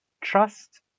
trust